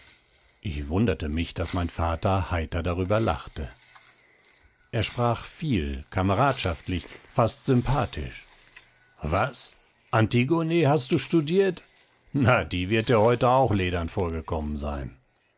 ich wunderte mich daß mein vater heiter darüber lachte er sprach viel kameradschaftlich fast sympathisch was antigone hast du studiert na die wird dir heute auch ledern vorgekommen sein